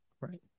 Right